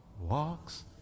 walks